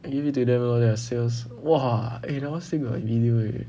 give it to them lor their sales !wah! eh that [one] still got video eh